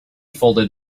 fold